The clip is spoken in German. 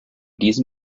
diesem